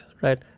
right